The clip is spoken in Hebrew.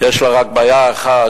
יש לו רק בעיה אחת,